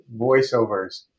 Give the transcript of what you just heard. voiceovers